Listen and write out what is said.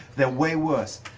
they're way worse.